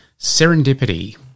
Serendipity